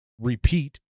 repeat